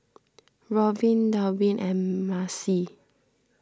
Robbin Dalvin and Maci